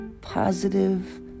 positive